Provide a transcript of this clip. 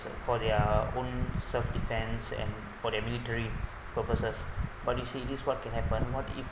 for their own self defense and for their military purposes but you see this what can happen what if